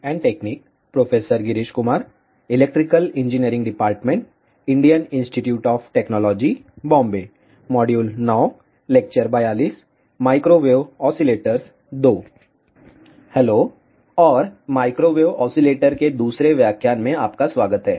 hello और microwave oscillator में दूसरे व्याख्यान में आपका स्वागत है